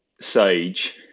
Sage